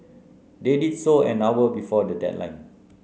they did so an hour before the deadline